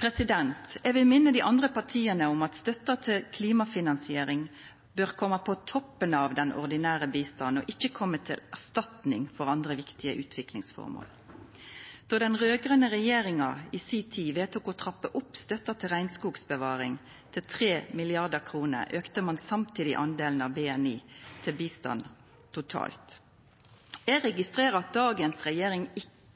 Eg vil minna dei andre partia om at støtta til klimafinansiering bør koma på toppen av den ordinære bistanden og ikkje til erstatning for andre viktige utviklingsføremål. Då den raud-grøne regjeringa i si tid vedtok å trappa opp støtta til regnskogsbevaring til 3 mrd. kr, auka ho samtidig delen av BNI til bistand totalt. Eg registrerer at dagens regjering ikkje